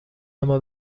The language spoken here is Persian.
اما